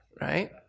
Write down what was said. Right